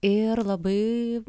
ir labai